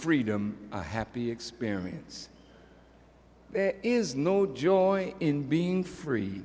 freedom a happy experience is no joy in being free